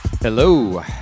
Hello